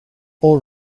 all